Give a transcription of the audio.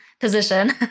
position